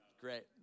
Great